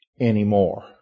anymore